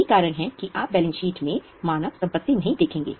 यही कारण है कि आप बैलेंस शीट में मानव संपत्ति नहीं देखेंगे